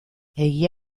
egia